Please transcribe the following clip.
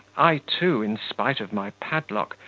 i too, in spite of my padlock,